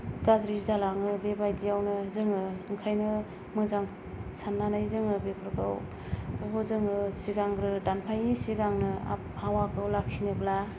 गाज्रि जालाङो बेबायदियावनो जोङो ओंखायनो मोजां सान्नानै जोङो बेफोरखौ बेफोरखौ जोङो सिगांग्रो दानफायै सिगांनो आबहावाखौ लाखिनोब्ला